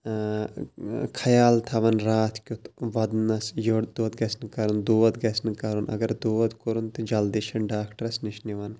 خیال تھاوان راتھ کیُت وَدنَس یٔڈ دود گژھِ نہٕ کَرُن دود گژھِ نہٕ کَرُن اگر دود کوٚرُن تہٕ جلدی چھِن ڈاکٹرَس نِش نِوان